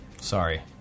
Sorry